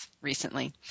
recently